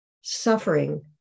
suffering